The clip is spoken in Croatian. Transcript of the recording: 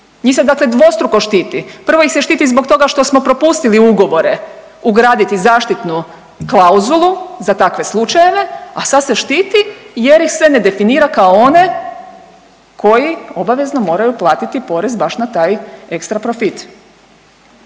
Njih se dakle dvostruko štiti, prvo ih se štiti zbog toga što smo propustili u ugovore ugraditi zaštitnu klauzulu za takve slučajeve, a sad se štiti jer ih se ne definira kao one koji obavezno moraju platiti porez baš na taj ekstra profit,